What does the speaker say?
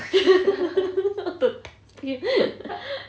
all the 大便